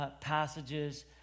passages